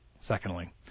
secondly